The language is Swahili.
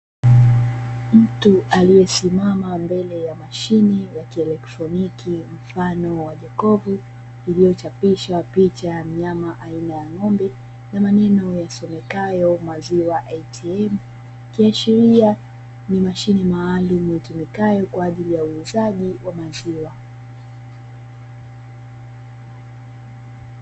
Mtu aliyesimama mbele ya mashine ya kielektroniki mfano wa jokofu iliyochapishwa picha ya mnyama aina ya ng'ombe na maneno yasomekayo "maziwa ATM" ikiashiria ni mashine maalumu itumikayo kwa ajili ya uuzaji wa maziwa.